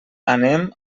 anem